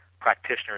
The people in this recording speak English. practitioners